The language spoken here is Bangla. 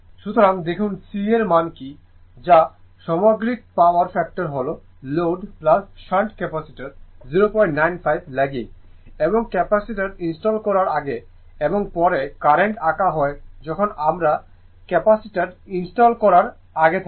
সুতরাং দেখুন C এর মান কি যা সামগ্রিক পাওয়ার ফ্যাক্টর হল লোড শান্ট ক্যাপাসিটার 095 ল্যাগিং এবং ক্যাপাসিটার ইনস্টল করার আগে এবং পরে কারেন্ট আঁকা হয় যখন আমরা ক্যাপাসিটার ইনস্টল করার আগে থাকি